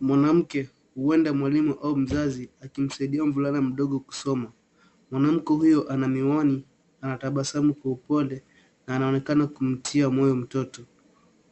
Mwanamke, huenda mwalimu au mzazi, akimsaidia mvulana mdogo kusoma. Mwanamke huyo ana miwani, na anatabasamu kwa upole. Na anaonekana kumtia moyo mtoto.